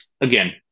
again